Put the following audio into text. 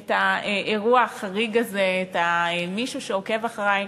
את האירוע החריג הזה: מישהו עוקב אחרי,